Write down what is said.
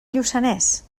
lluçanès